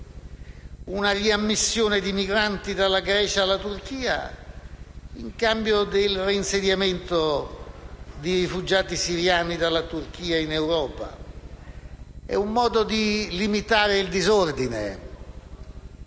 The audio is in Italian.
una riammissione di migranti dalla Grecia alla Turchia in cambio del reinsediamento di rifugiati siriani dalla Turchia in Europa. È un modo di limitare il disordine.